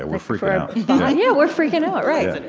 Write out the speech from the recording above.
ah we're freaking out yeah we're freaking out. right